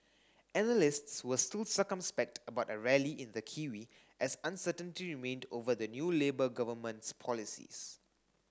analysts were still circumspect about a rally in the kiwi as uncertainty remained over the new Labour government's policies